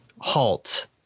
halt